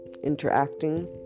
interacting